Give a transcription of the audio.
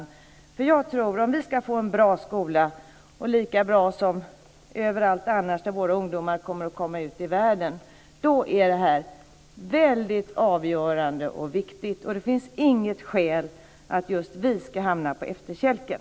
Jag tror nämligen att om vi ska få en bra skola - lika bra som överallt annars där våra ungdomar kommer att komma ut i världen - så är detta avgörande och viktigt. Det finns inget skäl till att just Sverige ska hamna på efterkälken.